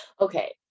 Okay